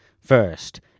First